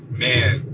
man